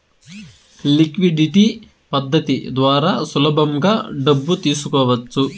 liquidity పద్ధతి ద్వారా సులభంగా డబ్బు తీసుకోవచ్చు